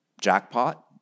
jackpot